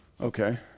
Okay